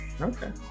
Okay